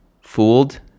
fooled